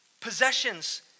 Possessions